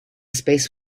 space